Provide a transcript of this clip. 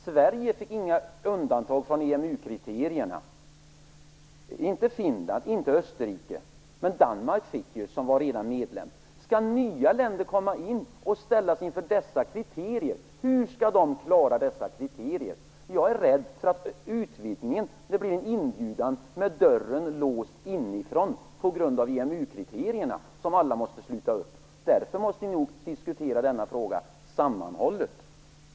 Sverige fick inga undantag från EMU-kriterierna och inte heller Finland och Österrike, men Danmark, som redan var medlem, fick ju undantag. Skall nya länder komma in och ställas inför dessa kriterier? Hur skall de klara dessa kriterier? Jag är rädd för att utvidgningen blir en inbjudan med dörren låst inifrån på grund av EMU-kriterierna, som alla måste ansluta sig till. Därför måste ni nog diskutera denna fråga sammanhållet.